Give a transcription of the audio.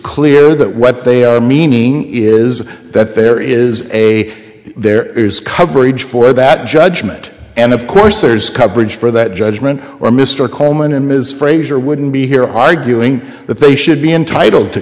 clear that what they are meaning is that there is a there is coverage for that judgment and of course there's coverage for that judgment or mr coleman and ms frazier wouldn't be here arguing that they should be entitled to